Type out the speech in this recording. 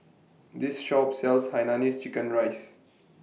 This Shop sells Hainanese Chicken Rice